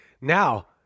Now